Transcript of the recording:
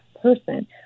person